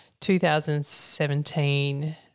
2017